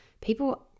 people